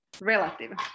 relative